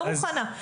יכול להיות